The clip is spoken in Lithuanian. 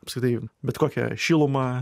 apskritai bet kokią šilumą